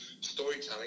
storytelling